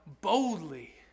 boldly